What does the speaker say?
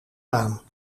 maan